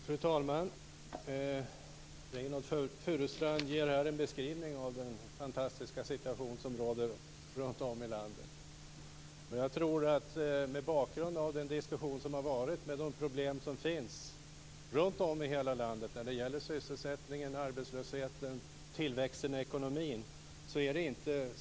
Fru talman! Reynoldh Furustrand ger här en beskrivning av en fantastisk situation som råder runtom i landet. Hans siffror och resonemang stämmer dock inte med den diskussion som har förts och med de problem som finns i hela landet med sysselsättningen och tillväxten i ekonomin.